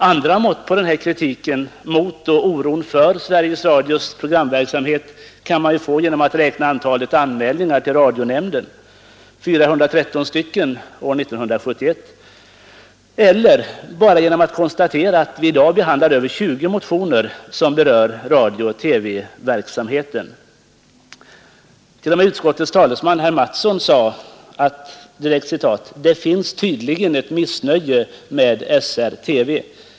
Andra mått på kritiken mot och oron för Sveriges Radios programverksamhet kan man få genom att räkna antalet anmälningar till radionämnden — det var 413 år 1971 — eller bara genom att konstatera att vi i dag behandlar över 20 motioner som berör radiooch TV-verksamheten. T. o. m. utskottets talesman, herr Mattsson, sade att det tydligen finns ett missnöje med Sveriges Radio/TV.